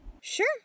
Sure